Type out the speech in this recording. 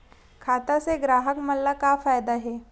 खाता से ग्राहक मन ला का फ़ायदा हे?